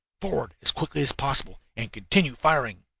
forward as quickly as possible, and continue firing.